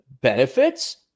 Benefits